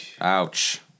Ouch